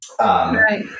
Right